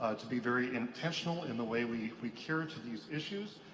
ah to be very intentional in the way we we care to these issues,